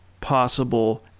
possible